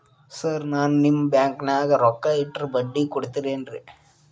Sir ನಾನು ನಿಮ್ಮ ಬ್ಯಾಂಕನಾಗ ರೊಕ್ಕ ಇಟ್ಟರ ಬಡ್ಡಿ ಕೊಡತೇರೇನ್ರಿ?